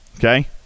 Okay